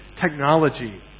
technology